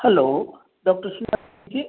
hello doctor